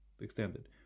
extended